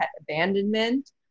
abandonment